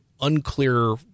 unclear